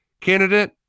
candidate